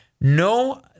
no